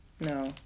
no